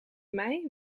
mij